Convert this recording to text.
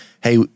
Hey